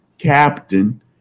captain